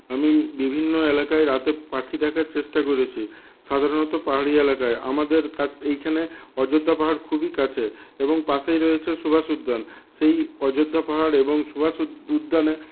আমি বিভিন্ন এলাকায় রাতে পাখি দেখার চেষ্টা করেছি সাধারণত পাহাড়ি এলাকায় আমাদের কাস এইখানে অযোধ্যা পাহাড় খুবই কাছে এবং পাশেই রয়েছে সুভাষ উদ্যান সেই অযোধ্যা পাহাড় এবং সুভাষ উদ্যানে